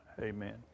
amen